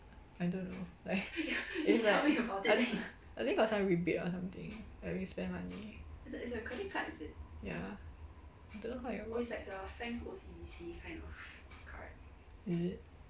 I don't know like it's like I I think got some rebate or something like when you spend money ya I don't know how it works is it